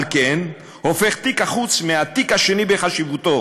על כן הופך תיק החוץ מהתיק השני בחשיבותו